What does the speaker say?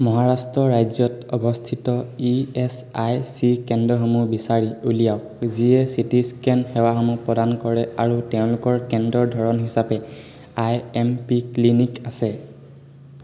মহাৰাষ্ট্ৰ ৰাজ্যত অৱস্থিত E S I C কেন্দ্ৰসমূহ বিচাৰি উলিয়াওক যিয়ে চি টি স্কেন সেৱাসমূহ প্ৰদান কৰে আৰু তেওঁলোকৰ কেন্দ্ৰৰ ধৰণ হিচাপে আই এম পি ক্লিনিক আছে